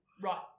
Right